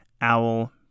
Owl